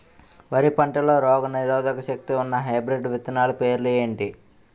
వరి పంటలో రోగనిరోదక శక్తి ఉన్న హైబ్రిడ్ విత్తనాలు పేర్లు ఏంటి?